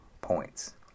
points